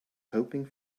hoping